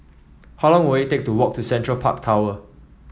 how long will it take to walk to Central Park Tower